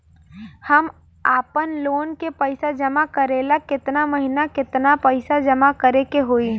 हम आपनलोन के पइसा जमा करेला केतना महीना केतना पइसा जमा करे के होई?